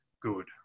good